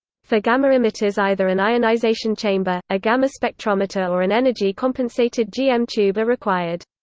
for gamma emitters either an ionization chamber, a gamma spectrometer or an energy compensated gm tube are required.